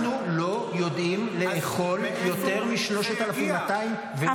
אנחנו לא יודעים לאכול יותר מ-3,200 ומשהו נוספים בשנה.